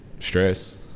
stress